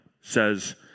says